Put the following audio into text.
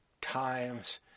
times